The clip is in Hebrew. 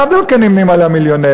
לאו דווקא נמנים עם המיליונרים,